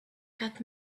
cut